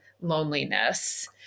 loneliness